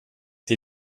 die